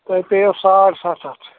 تۄہہِ پیَیو ساڑ سَتھ ساس